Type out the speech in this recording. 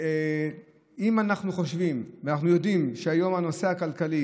אם אנחנו חושבים ואנחנו יודעים שהיום הנושא הכלכלי